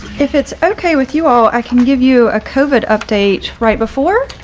if it's okay with you all, i can give you a covid update right before.